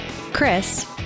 Chris